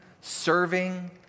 serving